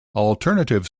alternative